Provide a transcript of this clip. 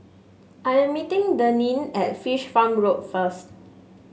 I am meeting Deneen at Fish Farm Road first